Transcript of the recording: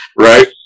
Right